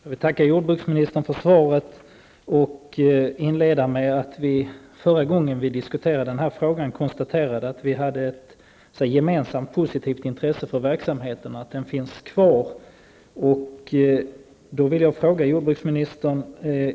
Herr talman! Jag vill tacka jordbruksministern för svaret. Förra gången vi diskuterade denna fråga konstaterade vi att vi hade ett gemensamt positivt intresse för verksamheten, dvs. att den finns kvar.